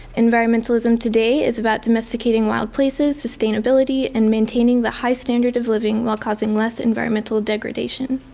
environmentalism today is about domesticating wild places, sustainability, and maintaining the high standard of living while causing less environmental degradation.